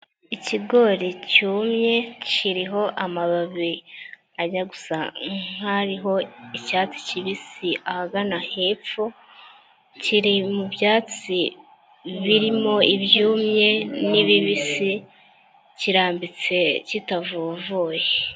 Ikigori cyumye, kiriho amababi ajya gusa nkariho icyatsi kibisi ahagana hepfo, kiri mubyatsi birimo ibyumye nibibisi, kirambitse kitavovoye.